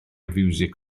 fiwsig